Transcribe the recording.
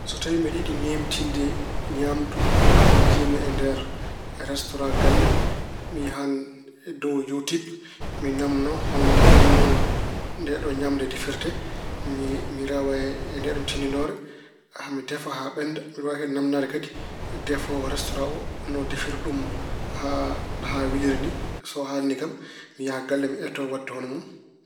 So tawi mbeɗa yiɗi ñeemtinde ñaamndu ndu njiymi e nder restora galle, mi yahan dow Yutib, mi naamno hol de- hol noon ndeeɗoo ñaamde defirte, mi rewa e ndeeɗoon tinndinoore haa mi defa haa ɓennda. Mbeɗe kadi naamnaade kadi defoowo restora o no defiri ɗum haa- haa weliri ni. So haalni kam mi yaha galle mi etoo waɗde hono mun.